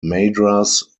madras